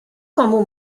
komu